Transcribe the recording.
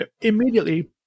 Immediately